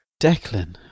Declan